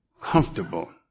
comfortable